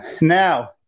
Now